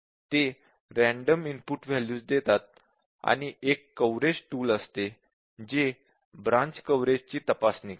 ते random input values देतात आणि एक कव्हरेज टूल असते जे ब्रांच कव्हरेजची तपासणी करते